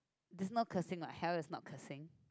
there's no cursing what hell is not cursing